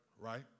right